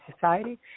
society